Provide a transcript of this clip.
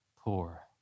poor